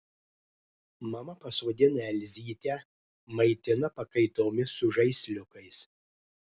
mama pasodina elzytę maitina pakaitomis su žaisliukais